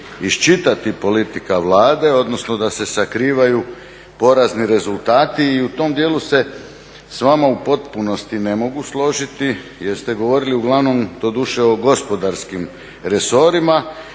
iščitati politika Vlade, odnosno da se sakrivaju porazni rezultati i u tom dijelu se s vama u potpunosti ne mogu složiti, jer ste govorili uglavnom doduše o gospodarskim resorima